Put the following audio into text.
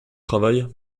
travail